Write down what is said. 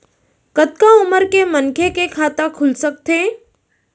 कतका उमर के मनखे के खाता खुल सकथे?